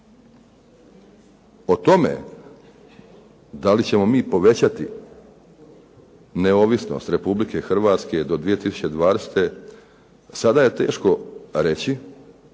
O tome da li ćemo mi povećati neovisnost Republike Hrvatske do 2020., sada je teško reći.